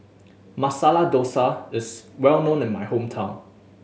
Masala Dosa is well known in my hometown